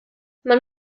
man